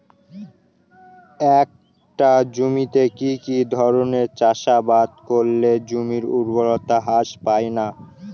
একটা জমিতে কি কি ধরনের চাষাবাদ করলে জমির উর্বরতা হ্রাস পায়না?